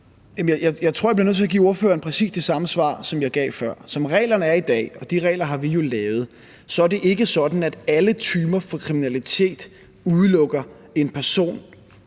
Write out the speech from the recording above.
jeg bliver nødt til at give ordføreren præcis det samme svar, som jeg gav før. Som reglerne er i dag, og de regler har vi jo lavet, så er det ikke sådan, at alle typer kriminalitet udelukker en person